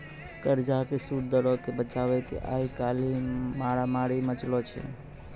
कर्जा के सूद दरो के बचाबै के आइ काल्हि मारामारी मचलो छै